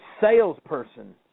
salesperson